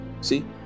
see